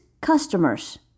customers